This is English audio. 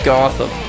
Gotham